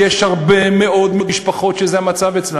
יש הרבה מאוד משפחות שזה המצב אצלן.